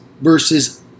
versus